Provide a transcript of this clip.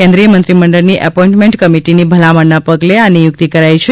કેન્દ્રીય મંત્રીમંડળની એપોઇમેન્ટ કમિટીની ભલામણના પગલે આ નિયુક્તિ કરાઈ છે